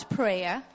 prayer